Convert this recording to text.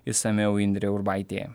išsamiau indrė urbaitė